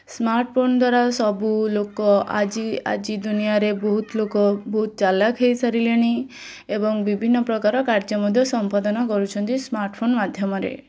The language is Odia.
ସ୍ମାର୍ଟ୍ଫୋନ୍ ଦ୍ଵାରା ସବୁ ଲୋକ ଆଜି ଆଜି ଦୁନିଆରେ ବହୁତ ଲୋକ ବହୁତ ଚାଲାକ ହୋଇସାରିଲେଣି ଏବଂ ବିଭିନ୍ନପ୍ରକାର କାର୍ଯ୍ୟ ମଧ୍ୟ ସମ୍ପାଦନ କରୁଛନ୍ତି ସ୍ମାର୍ଟଫୋନ୍ ମାଧ୍ୟମରେ